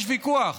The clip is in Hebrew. יש ויכוח.